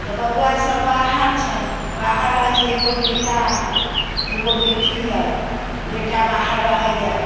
तऽ बौआ सब बाहर छै बाहर रहै छै एगो बेटा अइ दू गो बेटी अइ बेटा बाहर रहैय